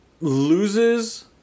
loses